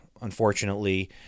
unfortunately